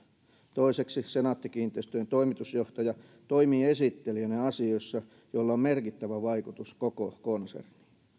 toiseksi senaatti kiinteistöjen toimitusjohtaja toimii esittelijänä asioissa joilla on merkittävä vaikutus koko konserniin